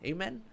Amen